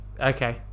Okay